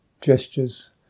gestures